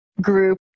group